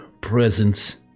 presence